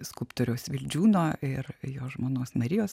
skulptoriaus vildžiūno ir jo žmonos marijos